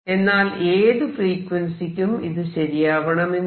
എന്നാൽ ഏതു ഫ്രീക്വൻസിയ്ക്കും ഇത് ശരിയാവണമെന്നില്ല